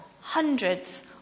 hundreds